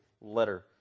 letter